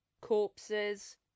corpses